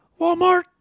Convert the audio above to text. Walmart